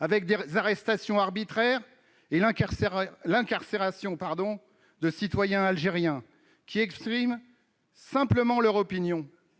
on relève des arrestations arbitraires et l'incarcération de citoyens algériens qui expriment simplement leur opinion.